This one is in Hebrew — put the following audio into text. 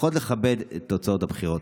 לפחות לכבד את תוצאות הבחירות.